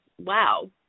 wow